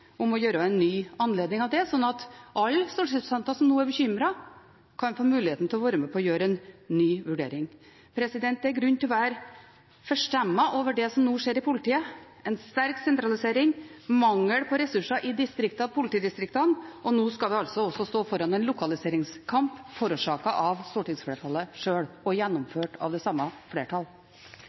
om å gi en ny anledning til det, slik at alle de stortingsrepresentantene som nå er bekymret, kan få muligheten til å være med på å gjøre en ny vurdering. Det er grunn til å være forstemt over det som nå skjer i politiet: en sterk sentralisering, mangel på ressurser i politidistriktene, og nå skal vi altså også stå foran en lokaliseringskamp, forårsaket av stortingsflertallet sjøl og gjennomført av det samme